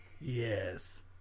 Yes